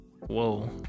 Whoa